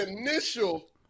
initial